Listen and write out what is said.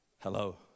hello